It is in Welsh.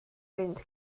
fynd